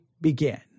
begin